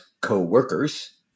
co-workers